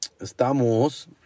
Estamos